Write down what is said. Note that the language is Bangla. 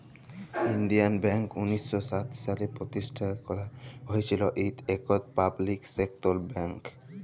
ইলডিয়াল ব্যাংক উনিশ শ সাত সালে পরতিষ্ঠাল ক্যারা হঁইয়েছিল, ইট ইকট পাবলিক সেক্টর ব্যাংক